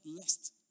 lest